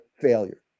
failure